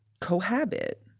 cohabit